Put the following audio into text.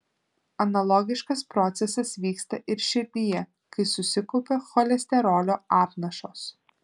analogiškas procesas vyksta ir širdyje kai susikaupia cholesterolio apnašos